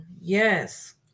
Yes